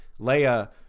Leia